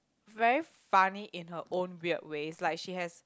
very funny in her own weird way like she has